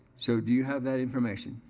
so, do you have that information?